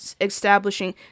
establishing